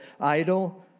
idle